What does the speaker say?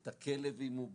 את הכלב אם הוא בא,